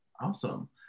Awesome